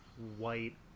white